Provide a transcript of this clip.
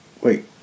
Wait